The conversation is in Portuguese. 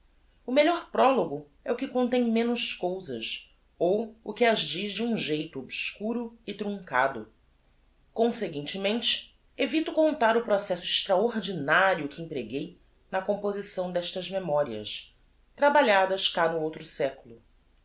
o melhor prologo é o que contém menos cousas ou o que as diz de um geito obscuro e truncado conseguintemente evito contar o processo extraordinario que empreguei na composição destas memórias trabalhadas cá no outro seculo